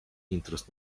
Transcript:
intruz